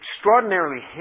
extraordinarily